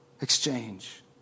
exchange